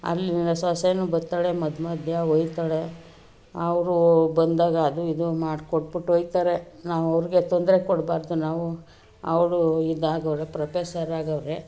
ಅಲ್ಲಿ ಸೊಸೆಯೂ ಬತ್ತಳೆ ಮಧ್ಯೆ ಮಧ್ಯೆ ಒಯ್ತಳೆ ಅವರು ಬಂದಾಗ ಅದು ಇದು ಮಾಡ್ಕೊಟ್ಬಿಟ್ಟು ಒಯ್ತರೆ ನಾವು ಅವ್ರಿಗೆ ತೊಂದರೆ ಕೊಡಬಾರ್ದು ನಾವು ಅವರು ಇದಾಗವರೆ ಪ್ರೊಪೆಸರ್ ಆಗವರೆ